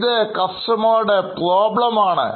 ഇത് customer problem ആണ്